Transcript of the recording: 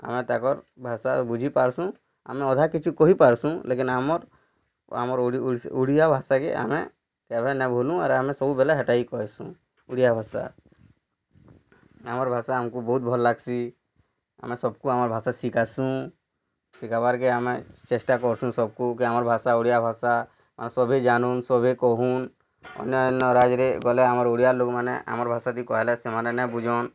ଆମେ ତାକର୍ ଭାଷା ବୁଝି ପାରସୁଁ ଆମେ ଅଧା କିଛି କହି ପାରସୁଁ ଲେକିନ୍ ଆମର୍ ଆମର୍ ଓଡ଼ିଆ ଭାଷା କେ ଆମେ କେଭେ ନା ଭୁଲୁ ଆର୍ ଆମେ ସବୁବେଲେ ହେଟା କି କହେସୁଁ ଓଡ଼ିଆ ଭାଷା ଆମର୍ ଭାଷା ଆମକୁ ବହୁତ୍ ଭଲ୍ ଲାଗସିଁ ଆମେ ସବ୍କୁ ଆମର୍ ଭାଷା ଶିଖାସୁଁ ଶିଖାବାର୍ କେ ଆମେ ଚେଷ୍ଟା କରସୁଁ ସବ୍କୁ କି ଆମର୍ ଭାଷା ଓଡ଼ିଆ ଭାଷା ସଭିଏ ଜାନୁନ୍ ସଭିଏ କହୁନ୍ ଅନ୍ୟାନ ରାଜ୍ୟରେ ଗଲେ ଆମର୍ ଓଡ଼ିଆ ଲୋକ୍ମାନେ ଆମର୍ ଭାଷା ଦି କହିଲେ ସେମାନେ ନାଇଁ ବୁଝନ୍